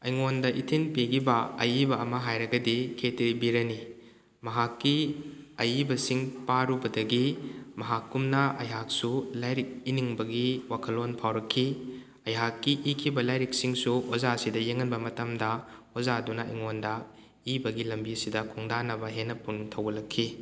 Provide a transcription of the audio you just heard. ꯑꯩꯉꯣꯟꯗ ꯏꯊꯤꯟ ꯄꯤꯈꯤꯕ ꯑꯏꯕ ꯑꯃ ꯍꯥꯏꯔꯒꯗꯤ ꯈꯦꯇ꯭ꯔꯤ ꯕꯤꯔꯅꯤ ꯃꯍꯥꯛꯀꯤ ꯑꯏꯕꯁꯤꯡ ꯄꯥꯔꯨꯕꯗꯒꯤ ꯃꯍꯥꯛꯀꯨꯝꯅ ꯑꯩꯍꯥꯛꯁꯨ ꯂꯥꯏꯔꯤꯛ ꯏꯅꯤꯡꯕꯒꯤ ꯋꯥꯈꯜꯂꯣꯟ ꯐꯥꯎꯔꯛꯈꯤ ꯑꯩꯍꯥꯛꯀꯤ ꯏꯈꯤꯕ ꯂꯥꯏꯔꯤꯛꯁꯤꯡꯁꯨ ꯑꯣꯖꯥꯁꯤꯗ ꯌꯦꯡꯍꯟꯕ ꯃꯇꯝꯗ ꯑꯣꯖꯥꯗꯨꯅ ꯑꯩꯉꯣꯟꯗ ꯏꯕꯒꯤ ꯂꯝꯕꯤꯁꯤꯗ ꯈꯣꯡꯗꯅꯕ ꯍꯦꯟꯅ ꯄꯨꯛꯅꯤꯡ ꯊꯧꯒꯠꯂꯛꯈꯤ